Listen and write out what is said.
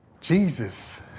Jesus